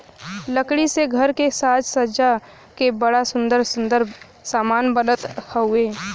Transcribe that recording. लकड़ी से घर के साज सज्जा के बड़ा सुंदर सुंदर समान बनत हउवे